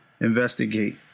Investigate